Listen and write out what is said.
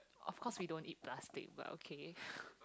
of course we don't eat plastic but okay